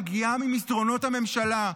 מגיעה ממסדרונות הממשלה,